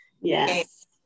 Yes